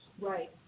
Right